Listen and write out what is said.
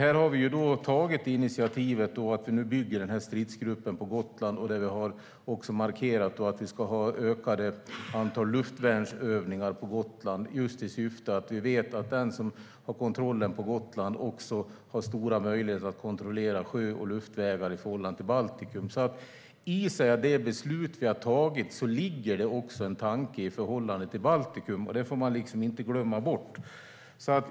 Vi har tagit initiativet att bygga en stridsgrupp på Gotland, och vi har markerat att vi ska ha ett ökat antal luftvärnsövningar på Gotland eftersom vi vet att den som har kontrollen på Gotland har stora möjligheter att kontrollera sjö och luftvägar i förhållande till Baltikum. I det beslut vi har tagit ligger också en tanke vad gäller Baltikum. Och det får vi inte glömma bort.